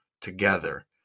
together